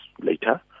later